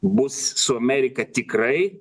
bus su amerika tikrai